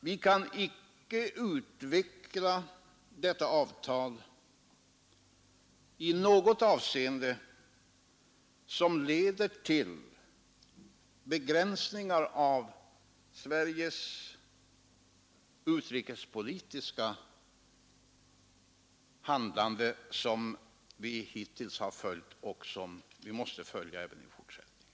Vi kan icke utveckla detta avtal i något avseende som leder till begränsningar av den utrikespolitiska handlingslinje som vi hittills har följt och som vi måste följa även i fortsättningen.